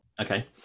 Okay